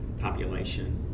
population